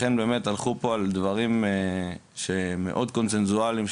לכן הלכו פה על דברים שהם מאוד קונצנזואליים,